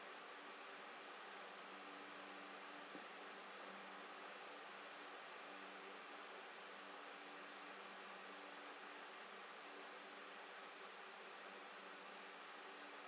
mm